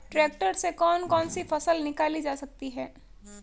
Tractor से कौन कौनसी फसल निकाली जा सकती हैं?